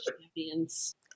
champions